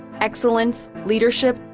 excellence. leadership.